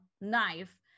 knife